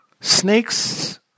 Snakes